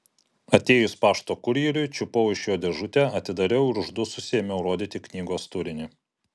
atėjus pašto kurjeriui čiupau iš jo dėžutę atidariau ir uždususi ėmiau rodyti knygos turinį